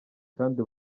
kandi